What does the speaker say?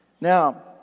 now